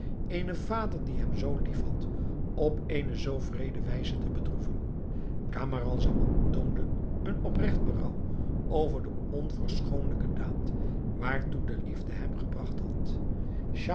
eenen vader die hem zoo lief had op eene zoo wreede wijze te bedroeven camaralzaman toonde een opregt berouw over de onverschoonlijke daad waartoe de liefde hem gebragt had